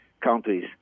countries